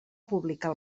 publicar